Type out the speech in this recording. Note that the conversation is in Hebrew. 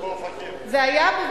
גברתי, זה היה בשדרות?